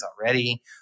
already